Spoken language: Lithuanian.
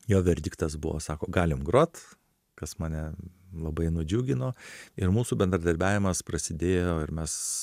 jo verdiktas buvo sako galim grot kas mane labai nudžiugino ir mūsų bendradarbiavimas prasidėjo ir mes